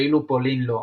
ואילו פולין לא.